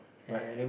and